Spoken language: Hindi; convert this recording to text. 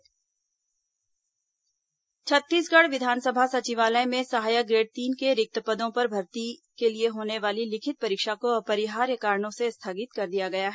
परीक्षा स्थगित छत्तीसगढ़ विधानसभा सचिवालय में सहायक ग्रेड तीन के रिक्त पदों पर भर्ती के लिए होने वाली लिखित परीक्षा को अपरिहार्य कारणों से स्थगित कर दिया गया है